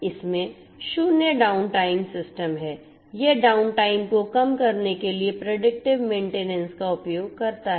इसमें शून्य downtime system है यह डाउनटाइम को कम करने के लिए प्रेडिक्टिव मेन्टेनेन्स का उपयोग करता है